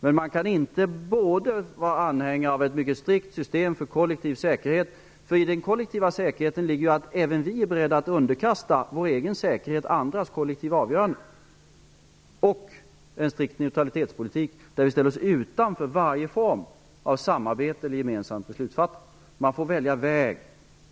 Men man kan inte vara anhängare av både ett mycket strikt system för kollektiv säkerhet -- för i den kollektiva säkerheten ligger att även vi är beredda att underkasta vår egen säkerhet andras kollektiva avgöranden -- och en strikt neutralitetspolitik, där vi ställer oss utanför varje form av samarbete eller gemensamt beslutsfattande. Man får välja väg.